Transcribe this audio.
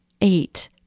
eight